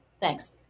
thanks